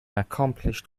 accomplished